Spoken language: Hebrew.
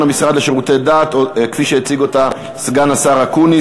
המשרד לשירותי דת כפי שהציג אותה סגן השר אקוניס,